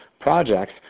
projects